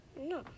No